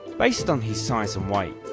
based on his size and weight,